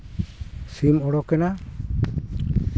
ᱥᱤᱢ ᱚᱰᱳᱠᱮᱱᱟ